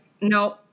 no